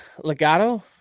legato